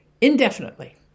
indefinitely